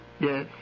Yes